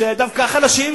דווקא החלשים,